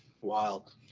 Wild